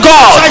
God